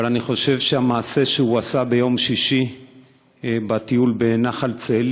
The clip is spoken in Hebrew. אבל אני חושב שהמעשה שהוא עשה ביום שישי בטיול בנחל-צאלים